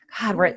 God